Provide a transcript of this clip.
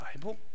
Bible